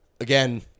again